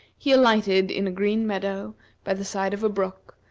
he alighted in a green meadow by the side of a brook,